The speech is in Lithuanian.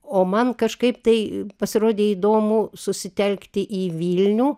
o man kažkaip tai pasirodė įdomu susitelkti į vilnių